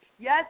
Yes